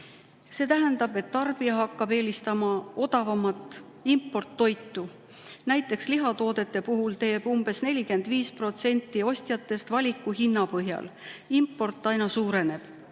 See tähendab, et tarbija hakkab eelistama odavamat importtoitu. Näiteks lihatoodete puhul teeb umbes 45% ostjatest valiku hinna põhjal. Import aina suureneb.